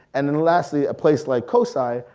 and then lastly a place like cosi,